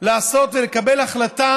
לעשות ולקבל החלטה